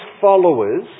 followers